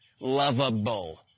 lovable